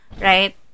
right